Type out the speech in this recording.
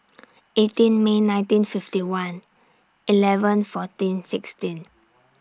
eighteen May nineteen fifty one eleven fourteen sixteen